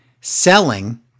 selling